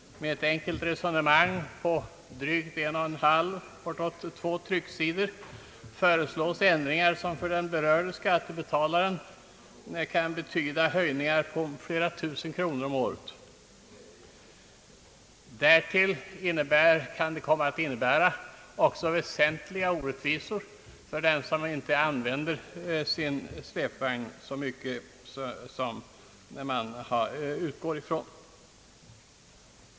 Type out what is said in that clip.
Med ett enkelt resonemang på drygt en och en halv trycksida föreslås ändringar, som för den berörde skattebetalaren kan betyda höjningar på flera tusen kronor om året. Därtill kan det också komma att innebära väsentliga orättvisor för den som inte använder sin släpvagn så mycket.